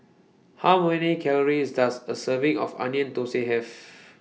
How Many Calories Does A Serving of Onion Thosai Have